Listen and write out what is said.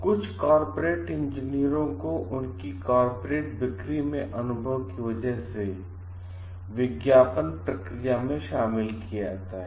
कुछ कॉर्पोरेट इंजीनियरों को कुछ उनकी कॉर्पोरेट बिक्री में अनुभव वजह की से विज्ञापन प्रक्रिया में शामिल किया जाता है